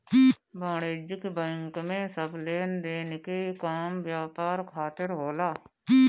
वाणिज्यिक बैंक में सब लेनदेन के काम व्यापार खातिर होला